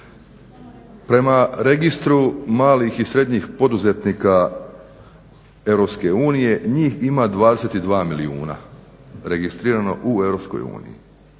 Prema registru malih i srednjim poduzetnika EU, njih ima 22 milijuna, registrirano u EU.